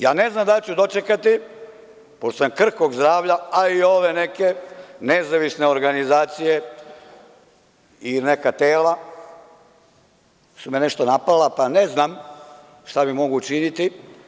Ja ne znam da li ću dočekati, pošto sam krhkog zdravlja, a i ove neke nezavisne organizacije ili neka tela su me nešto napali, pa ne znam šta mi mogu učiniti.